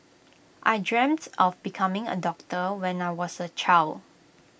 I dreamt of becoming A doctor when I was A child